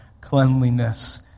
cleanliness